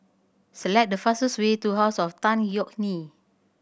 select the fastest way to House of Tan Yeok Nee